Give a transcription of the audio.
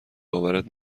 باورت